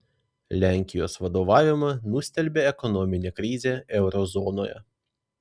lenkijos vadovavimą nustelbė ekonominė krizė euro zonoje